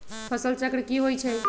फसल चक्र की होइ छई?